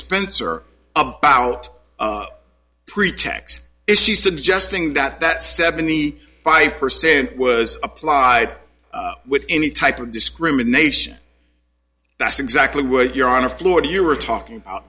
fencer about pre tax issues suggesting that that seventy five percent was applied with any type of discrimination that's exactly what you're on a floor you were talking about